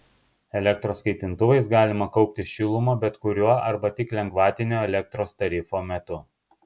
elektros kaitintuvais galima kaupti šilumą bet kuriuo arba tik lengvatinio elektros tarifo metu